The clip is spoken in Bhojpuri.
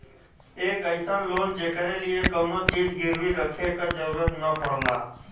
एक अइसन लोन जेकरे लिए कउनो चीज गिरवी रखे क जरुरत न पड़ला